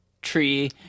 Tree